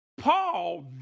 Paul